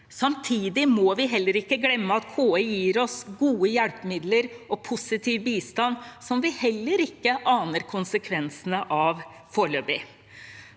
Samtidig må vi heller ikke glemme at KI gir oss gode hjelpemidler og positiv bistand, som vi heller ikke aner konsekvensene av foreløpig.